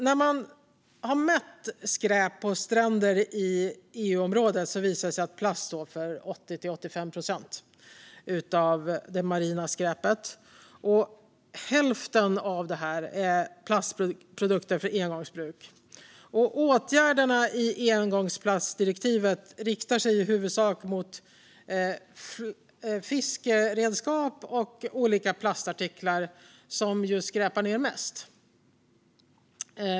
När man har mätt skräp på stränder i EU-området visar det sig att plast står för 80-85 procent av det marina skräpet. Hälften av detta är plastprodukter för engångsbruk. Åtgärderna i engångsplastdirektivet riktar sig i huvudsak mot fiskeredskap och olika plastartiklar, som skräpar ned mest.